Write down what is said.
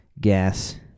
gas